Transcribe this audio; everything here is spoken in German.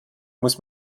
muss